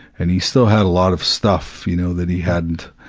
and he still had a lot of stuff, you know, that he hadn't,